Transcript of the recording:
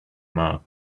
mark